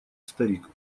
старик